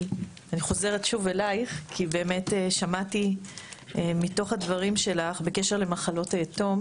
אני חוזרת שוב אלייך כי באמת שמעתי מתוך הדברים שלך בקשר למחלות היתום.